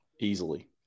Easily